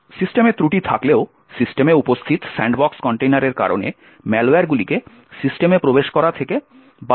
সিস্টেমের ত্রুটি থাকলেও সিস্টেমে উপস্থিত স্যান্ডবক্স কন্টেইনারের কারণে ম্যালওয়্যারগুলিকে সিস্টেমে প্রবেশ করা থেকে বাধা দেওয়া হয়